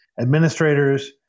administrators